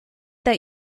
that